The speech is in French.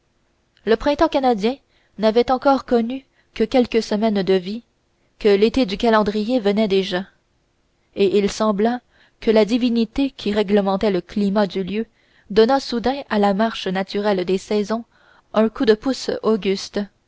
le printemps canadien n'avait encore connu que quelques semaines de vie que l'été du calendrier venait déjà et il sembla que la divinité qui réglementait le climat du lieu donnât soudain à la marche naturelle des saisons un coup de pouce auguste